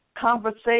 conversation